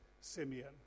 Simeon